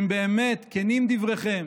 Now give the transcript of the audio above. אם באמת כנים דבריכם